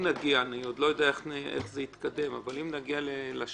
אני עוד לא יודע איך זה יתקדם, אבל אם נגיע לשלב